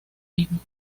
mismos